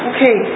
Okay